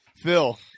Phil